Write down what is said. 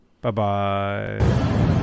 bye-bye